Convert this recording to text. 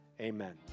Amen